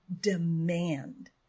demand